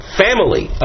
family